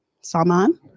Salman